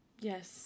Yes